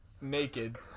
naked